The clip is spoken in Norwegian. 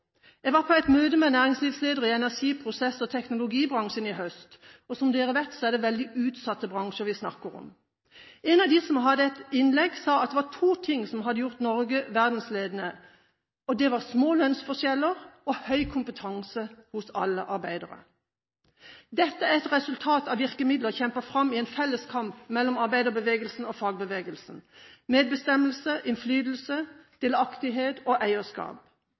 Jeg var på et møte med næringslivsledere i energi-, prosess- og teknologibransjen i høst, og som dere vet, er det veldig utsatte bransjer vi snakker om. En av dem som holdt innlegg, sa at det var to ting som hadde gjort Norge verdensledende: små lønnsforskjeller og høy kompetanse hos alle arbeidere. Dette er et resultat av virkemidler kjempet fram i en felles kamp mellom arbeiderbevegelsen og fagbevegelsen: medbestemmelse, innflytelse, delaktighet og eierskap.